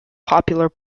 popular